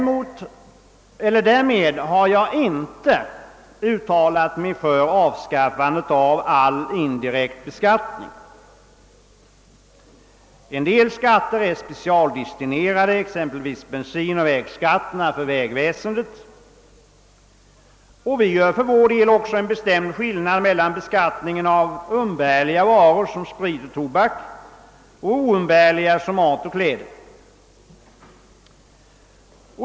Med detta har jag inte uttalat mig för avskaffandet av all indirekt beskattning. En del skatter är specialdestinerade, exempelvis bensinoch bilbeskattningen för vägväsendet, och vi gör för vår del också en bestämd skillnad mellan umbärliga varor som sprit och tobak och oumbärliga som mat och kläder.